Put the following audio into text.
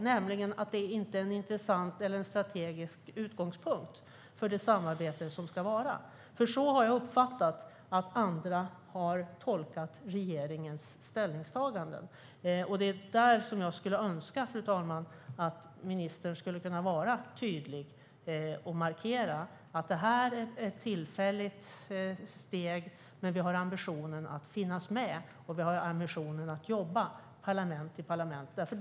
Man har nämligen tolkat det som att det inte är en intressant eller strategisk utgångspunkt för det samarbete som ska vara. Så har jag uppfattat att andra har tolkat regeringens ställningstaganden. Där önskar jag att ministern skulle kunna vara tydlig och markera att detta är ett tillfälligt steg men att vi har ambitionen att finnas med och att jobba parlament till parlament.